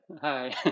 Hi